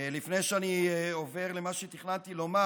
לפני שאני עובר למה שתכננתי לומר,